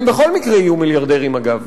הם בכל מקרה יהיו מיליארדרים, אגב,